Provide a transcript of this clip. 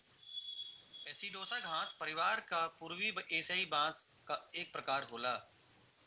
एसिडोसा घास परिवार क पूर्वी एसियाई बांस क एक प्रकार होला